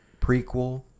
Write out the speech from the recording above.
Prequel